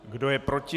Kdo je proti?